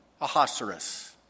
Ahasuerus